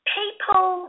people